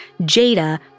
Jada